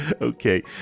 okay